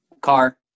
car